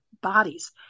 bodies